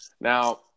Now